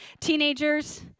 teenagers